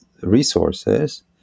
resources